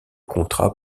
contrat